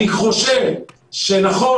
אני חושב שנכון,